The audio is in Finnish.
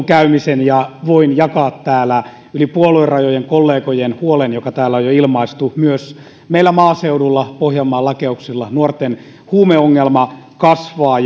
käymisen ja voin jakaa kollegojen yli puoluerajojen huolen joka täällä on jo ilmaistu myös meillä maaseudulla pohjanmaan lakeuksilla nuorten huumeongelma kasvaa